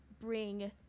bring